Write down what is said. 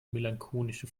melancholische